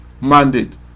mandate